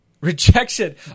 Rejection